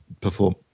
perform